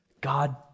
God